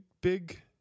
big